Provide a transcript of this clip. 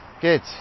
good